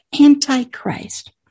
Antichrist